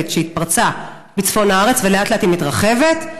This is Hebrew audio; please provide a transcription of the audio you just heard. שהתפרצה בצפון הארץ ולאט-לאט מתרחבת,